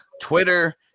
Twitter